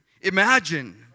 imagine